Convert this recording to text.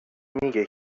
میگه